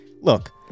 Look